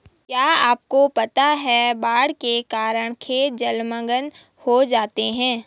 क्या आपको पता है बाढ़ के कारण खेत जलमग्न हो जाते हैं?